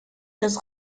des